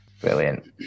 Brilliant